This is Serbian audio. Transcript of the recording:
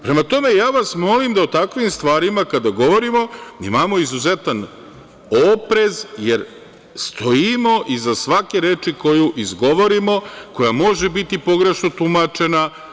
Prema tome, ja vas molim da o takvim stvarima kada govorimo imamo izuzetan oprez, jer stojimo iza svake reči koju izgovorimo, koja može biti pogrešno tumačena.